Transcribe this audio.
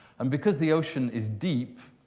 and because the ocean is deep,